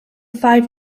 five